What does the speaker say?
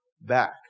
back